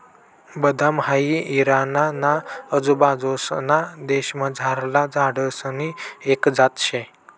बदाम हाई इराणा ना आजूबाजूंसना देशमझारला झाडसनी एक जात शे